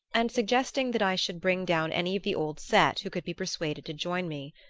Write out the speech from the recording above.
and suggesting that i should bring down any of the old set who could be persuaded to join me.